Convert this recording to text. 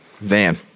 van